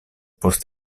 post